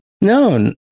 No